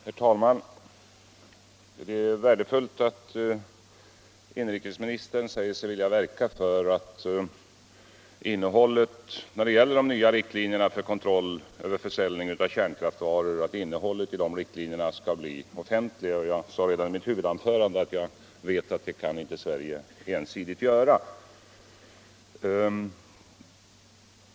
Herr talman! Det är värdefullt att utrikesministern säger sig vilja verka för att innehållet i de nya riktlinjerna för kontroll över försäljning av kärnkraftvaror skall bli offentligt. Som jag sade i mitt huvudanförande vet jag att det kan inte Sverige ensidigt göra.